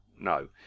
No